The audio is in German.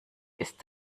ist